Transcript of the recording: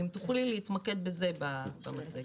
אם תוכלי להתמקד בזה במצגת.